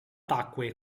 tacque